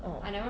orh